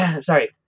Sorry